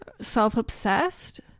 self-obsessed